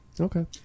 okay